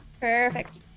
Perfect